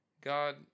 God